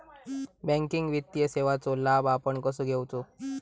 Banking वित्तीय सेवाचो लाभ आपण कसो घेयाचो?